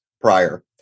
prior